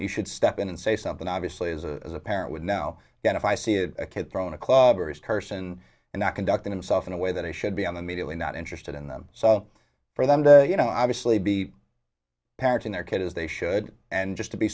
you should step in and say something obviously as a parent would now and if i see a kid thrown a club or his person and not conducting himself in a way that i should be on the media we're not interested in them so for them to you know obviously be parenting their kid as they should and just to be